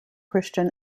christian